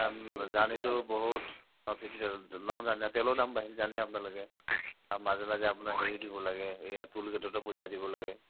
জাৰ্ণিটো বহুত তেলৰ দাম বাঢ়িল জানে আপোনালোকে আৰু মাজে মাজে আপোনাৰ হেৰিও দিব লাগে এই টোলগেটতো পইচা দিব লাগে